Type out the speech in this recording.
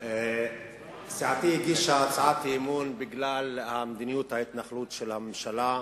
סיעתי הגישה הצעת אי-אמון בגלל מדיניות ההתנחלות של הממשלה.